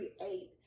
create